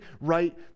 right